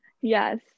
Yes